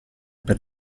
per